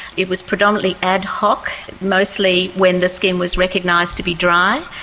it was predominantly ad hoc, mostly when the skin was recognised to be dry,